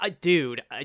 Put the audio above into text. Dude